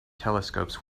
telescopes